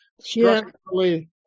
Structurally